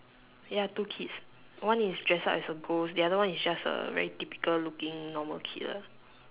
ya two kids one is dress up as a ghost the other one is just a very typical looking normal kid ah